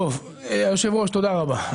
טוב, יושב הראש, תודה רבה.